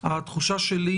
התחושה שלי,